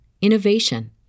innovation